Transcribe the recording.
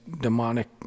demonic